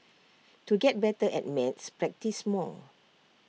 to get better at maths practise more